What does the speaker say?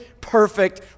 perfect